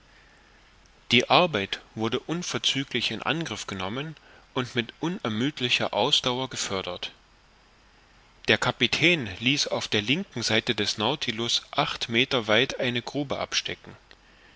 die arbeit wurde unverzüglich in angriff genommen und mit unermüdlicher ausdauer gefördert der kapitän ließ auf der linken seite des nautilus acht meter weit eine grube abstecken